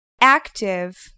active